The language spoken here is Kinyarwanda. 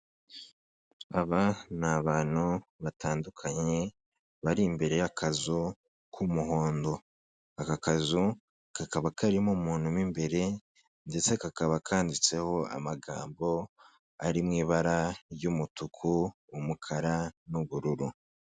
Aba ni abantu batandukanye bari imbere y'akazu k'umuhondo. Aka kazu kakaba karimo umuntu mo imbere ndetse kakaba kanditseho amagambo ari mu ibara ry'umutuku, umukara, n'ubururu.